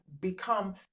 become